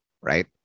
right